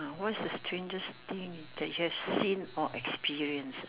what's the strangest thing that you've seen or experienced